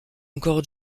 encore